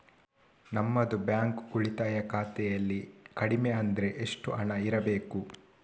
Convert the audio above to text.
ನಮ್ಮದು ಬ್ಯಾಂಕ್ ಉಳಿತಾಯ ಖಾತೆಯಲ್ಲಿ ಕಡಿಮೆ ಹಣ ಅಂದ್ರೆ ಎಷ್ಟು ಇರಬೇಕು?